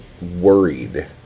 worried